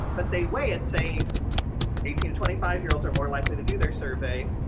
but they weigh it saying eighteen to twenty five year olds are more likely to do their survey.